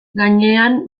gainean